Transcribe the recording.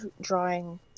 drawing